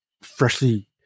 freshly